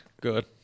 Good